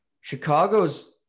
Chicago's